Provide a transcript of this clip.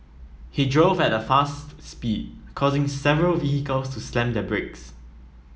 he drove at a fast speed causing several vehicles to slam their brakes